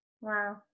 Wow